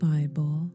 Bible